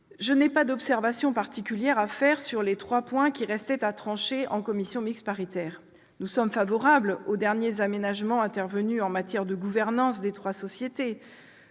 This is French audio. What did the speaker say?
Je n'ai pas d'observations particulières à formuler sur les trois points qui restaient à trancher en commission mixte paritaire. Nous sommes favorables aux derniers aménagements apportés en termes de gouvernance des trois sociétés.